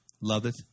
loveth